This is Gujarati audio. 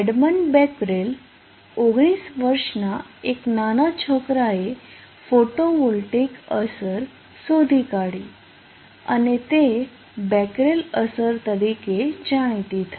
એડમંડ બેકરેલ 19 વર્ષના એક નાના છોકરા એ ફોટોવોલ્ટેઇક અસર શોધી કાઢી અને તે બેકરેલ અસર તરીકે જાણીતી થઈ